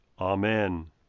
Amen